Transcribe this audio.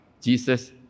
Jesus